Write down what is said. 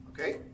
Okay